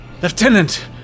Lieutenant